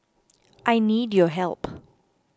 I need your help